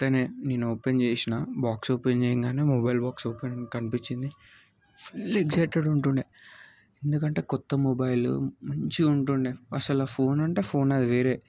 వెంటనే నేను ఓపెన్ చేసిన బాక్స్ ఓపెన్ చేయంగానే మొబైల్ బాక్స్ ఓపెన్ కనిపించింది ఫుల్ ఎగ్జైటెడ్ ఉంటుండే ఎందుకంటే కొత్త మొబైల్ మంచిగ ఉంటుండే అసలు ఆ ఫోన్ అంటే ఫోన్ అది వేరే